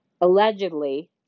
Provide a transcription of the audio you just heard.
Allegedly